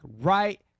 right